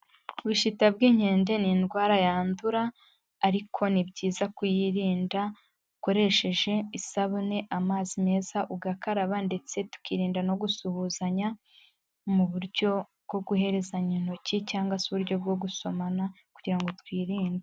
Ubushita bw'inkende ni indwara yandura ariko ni byiza kuyirinda ukoresheje isabune amazi meza ugakaraba ndetse tukirinda no gusuhuzanya, mu buryo bwo guhezanya intoki cyangwa se uburyo bwo gusomana kugira twirinde.